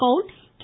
Kaul K